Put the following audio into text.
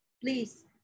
please